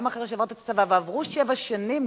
וגם אחרי שעברת את הצבא ועברו שבע שנים,